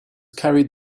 carried